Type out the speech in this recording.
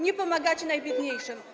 Nie pomagacie najbiedniejszym.